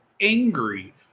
angry